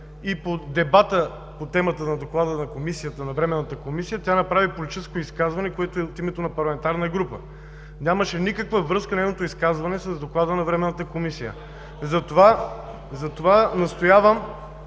и по дебата по темата на Доклада на Временната комисия тя направи политическо изказване, което е от името на Парламентарна група. Нямаше никаква връзка нейното изказване с Доклада на Временната комисия. Затова настоявам